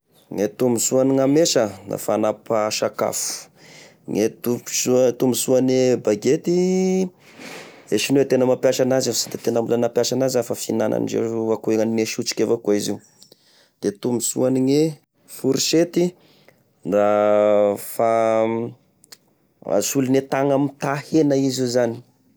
Gne tombosoa ny gnamesa fanapa sakafo, gne tombosoa, tombosoane bagety, e sonoa e tena mapiasa anazy fa sy de tena nampiasa anazy aho, fa fihinanandreo akô gnaniny e sotrike vakoa izy io, e tombotsoane forisety da fa- solone tagna mitaha hena izy io zany.